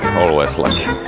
always lucky.